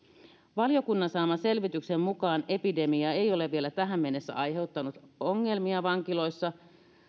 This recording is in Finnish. valiokunnan saaman selvityksen mukaan epidemia ei ole vielä tähän mennessä aiheuttanut ongelmia vankiloissa